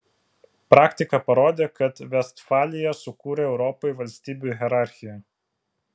praktika parodė kad vestfalija sukūrė europai valstybių hierarchiją